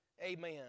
Amen